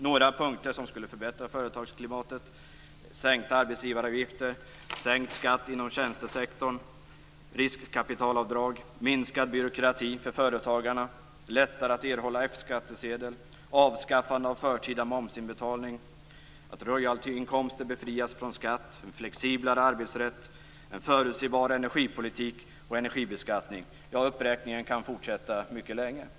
Några saker som skulle förbättra företagsklimatet är: Sänkta arbetsgivaravgifter, sänkt skatt inom tjänstesektorn, riskkapitalavdrag, minskad byråkrati för företagarna, lättare att erhålla F-skattsedel, avskaffande av förtida momsinbetalning, att royaltyinkomster befrias från skatt, flexiblare arbetsrätt och en förutsebar energipolitik och energibeskattning. Uppräkningen kan fortsätta mycket länge.